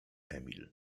emil